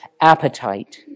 appetite